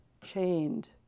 chained